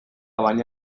baina